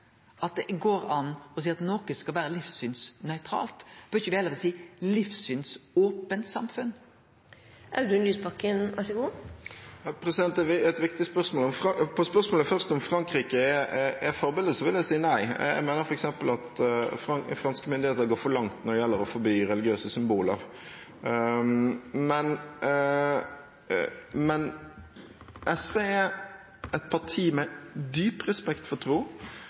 at det går an å seie at noko skal vere livssynsnøytralt? Bør me ikkje heller seie eit livssynsope samfunn? Et viktig spørsmål. På spørsmålet først, om Frankrike er forbildet, vil jeg si nei. Jeg mener f.eks. at franske myndigheter går for langt når det gjelder å forby religiøse symboler. SV er et parti med dyp respekt for tro,